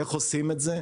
איך עושים את זה?